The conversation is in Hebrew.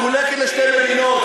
מחולקת לשתי מדינות.